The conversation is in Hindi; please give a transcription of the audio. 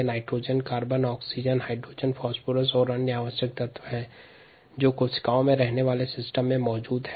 nitrogen carbon oxygen hydrogen phosphorus और इसी अन्य आवश्यक तत्व कोशिका तंत्र में उपस्थित होते हैं